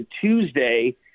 Tuesday